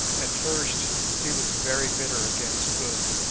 at first he was very bitter against good,